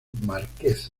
márquez